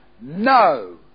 no